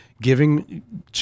giving